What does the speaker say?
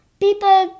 people